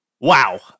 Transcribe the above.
wow